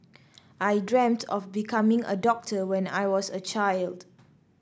I dreamt of becoming a doctor when I was a child